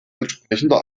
entsprechender